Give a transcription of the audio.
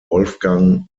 wolfgang